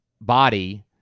body